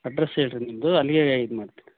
address ಹೇಳಿರಿ ನಿಮ್ದು ಅಲ್ಲಿಗೆ ಇದು ಮಾಡ್ತೀನಿ